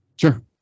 Sure